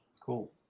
cool